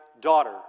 daughter